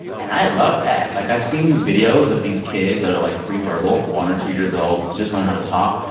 and i love that. like, i've seen these videos of these kids that are, like, preverbal, one or two years old, just learning how to talk.